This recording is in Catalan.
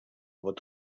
vot